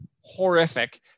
horrific